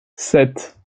sept